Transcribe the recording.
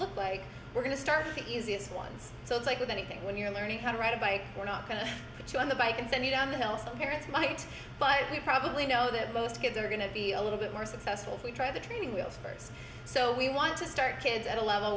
look like we're going to start the easiest ones so it's like with anything when you're learning how to ride a bike we're not going to put you on the bike and send you down the hills the parents might but we probably know that both kids are going to be a little bit more successful if we try the training wheels birds so we want to start kids at a level